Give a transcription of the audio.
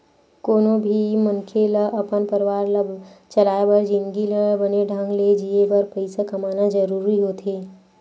कोनो भी मनखे ल अपन परवार ला चलाय बर जिनगी ल बने ढंग ले जीए बर पइसा कमाना जरूरी होथे